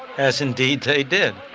as indeed they did.